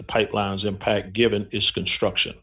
the pipelines impact given its construction